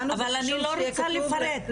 אבל אני לא רוצה לפרט.